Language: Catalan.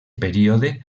període